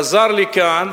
והוא חזר לכאן.